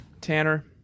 Tanner